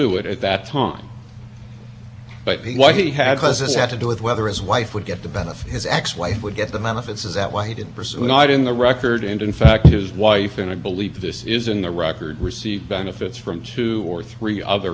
had to do with whether as wife would get the benefit his ex wife would get the benefits of that white and pursue not in the record and in fact his wife and i believe this is in the record receive benefits from two or three other different retirement programs he had been in